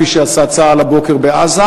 כפי שעשה צה"ל הבוקר בעזה,